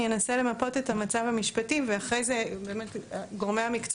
אני אנסה למפות את המצב המשפטי ואחרי זה באמת גורמי המקצוע